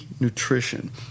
nutrition